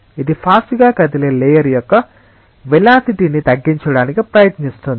ఇది ఫాస్ట్ గా కదిలే లేయర్ యొక్క వెలసిటి ని తగ్గించడానికి ప్రయత్నిస్తుంది